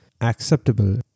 acceptable